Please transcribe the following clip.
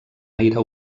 aire